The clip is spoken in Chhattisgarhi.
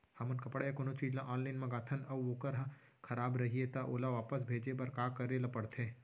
हमन कपड़ा या कोनो चीज ल ऑनलाइन मँगाथन अऊ वोकर ह खराब रहिये ता ओला वापस भेजे बर का करे ल पढ़थे?